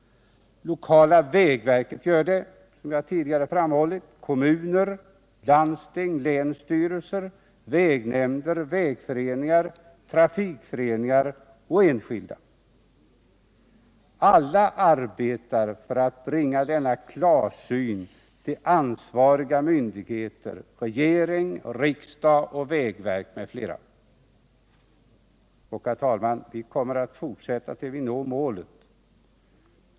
Det lokala vägverket gör det jämte kommuner, landsting, länsstyrelser, vägnämnder, vägföreningar, trafikföreningar och enskilda. Alla arbetar för att bringa denna klarsyn till ansvariga myndigheter, regering, riksdag, vägverk m.fl. Herr talman! Vi kommer att fortsätta tills vi når målet.